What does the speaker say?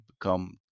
become